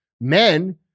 men